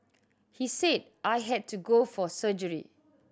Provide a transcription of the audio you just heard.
he said I had to go for surgery